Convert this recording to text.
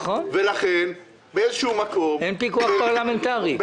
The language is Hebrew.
ולכן באיזשהו מקום --- אין פיקוח פרלמנטרי.